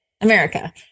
america